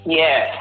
yes